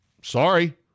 Sorry